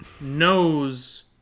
knows